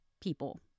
people